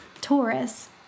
Taurus